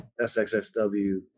SXSW